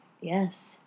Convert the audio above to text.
Yes